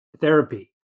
therapy